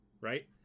right